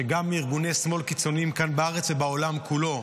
הוא שגם ארגוני שמאל קיצוניים כאן בארץ ובעולם כולו,